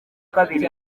kabiri